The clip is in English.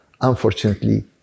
unfortunately